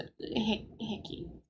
Hickey